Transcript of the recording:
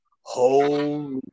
holy